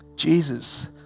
Jesus